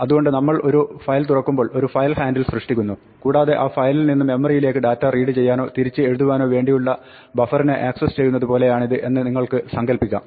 അതുകൊണ്ട് നമ്മൾ ഒരു ഫയൽ തുറക്കുമ്പോൾ ഒരു ഫയൽ ഹാൻഡിൽ സൃഷ്ടിക്കുന്നു കൂടാതെ ആ ഫയലിൽ നിന്ന് മെമ്മറിയിലേക്ക് ഡാറ്റ റീഡ് ചെയ്യാനോ തിരിച്ച് എഴുതുവാനോ വേണ്ടിയുള്ള ബഫറിനെ ആക്സസ് ചെയ്യുന്നതുപോലെയാണിത് എന്ന് നിങ്ങൾക്ക് സങ്കല്പിക്കാം